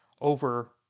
over